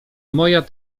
moja